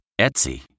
Etsy